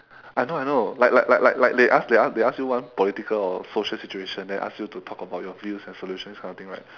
I know I know like like like like like they ask they ask they ask you one political or social situation then ask you to talk about your views and solutions this kind of thing right